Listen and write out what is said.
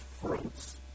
fruits